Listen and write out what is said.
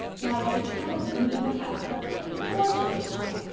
now, if you'd come with me you'd have a perfectly gorgeous time.